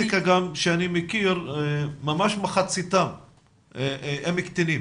לפי הסטטיסטיקה שאני מכיר ממש מחציתם הם קטינים,